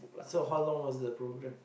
so how long was the program